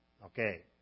Okay